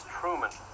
Truman